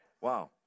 wow